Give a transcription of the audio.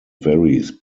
varies